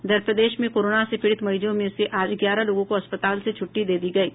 इधर प्रदेश में कोरोना से पीड़ित मरीजों में से आज ग्यारह लोगों को अस्पताल से छुट्टी दे दी गयी